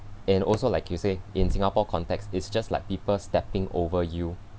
and also like you say in singapore context is just like people stepping over you